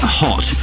hot